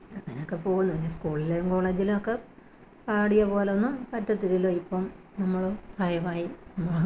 അങ്ങനെ ഒക്കെ പോകുന്നു പിന്നെ സ്കൂളിലും കോളേജിലൊക്കെ പാടിയത് പോലെ ഒന്നും പറ്റില്ലല്ലോ ഇപ്പം നമ്മൾ പ്രായമായി